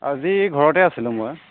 আজি ঘৰতে আছিলোঁ মই